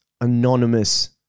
anonymous